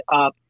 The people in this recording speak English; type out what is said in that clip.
up